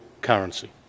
currency